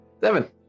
Seven